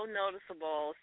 noticeable